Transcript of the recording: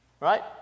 right